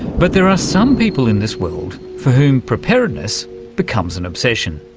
but there are some people in this world for whom preparedness becomes an obsession.